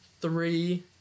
three